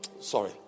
sorry